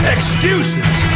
Excuses